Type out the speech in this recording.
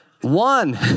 One